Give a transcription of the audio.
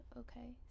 okay